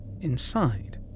inside